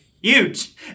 huge